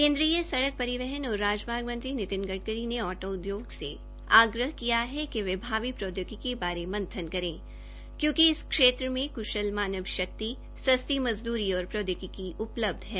केन्द्रीय सड़क परिहवन और राजमार्ग मंत्री नितिन गड़करी ने आटो उदयोग से आग्रह किया है कि वे भावी प्रौद्योगिकी बारे विचार करे क्योंकि इस क्षेत्र में कुशल मानव शक्ति सस्ती मजदूरी और प्रौदयोगिकी उपलब्ध है